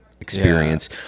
experience